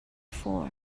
four